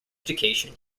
education